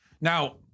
now